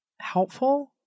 helpful